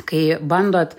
kai bandot